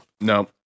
no